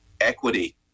Equity